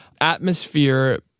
atmosphere